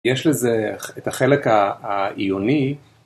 יש לזה את החלק העיוני.